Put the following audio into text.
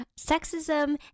sexism